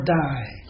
die